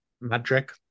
Magic